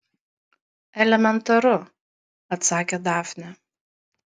elementaru atsakė dafnė